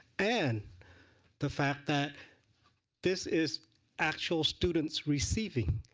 and the fact that this is actual students receiving.